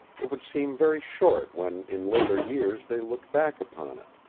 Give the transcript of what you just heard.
it would seem very short when in later years they looked back upon it.